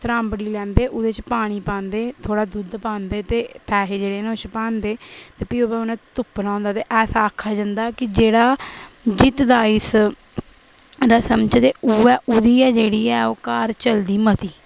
त्राम्बड़ी लैंदे ओह्दे च पानी पांदे थोह्ड़ा दुद्ध पांदे ते पैहे जेह्ड़े न ओह् छुपांदे ते फ्ही ओह्दे बाद उ'नें तुप्पना होंदा ते ऐसा आखेआ जन्दा ऐ कि जेह्ड़ा जित्तदा इस रसम च जे उ'ऐ ओह्दी गै जेह्ड़ी ऐ ओह् घर चलदी मती